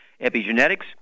epigenetics